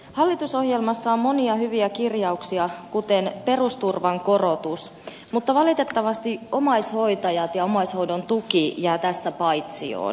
hallitusohjelmassa on monia hyviä kirjauksia kuten perusturvan korotus mutta valitettavasti omaishoitajat ja omaishoidon tuki jäävät tässä paitsioon